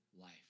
life